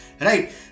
Right